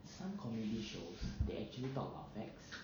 some comedy shows they actually talk about facts